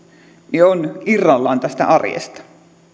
ovat irrallaan tästä arjesta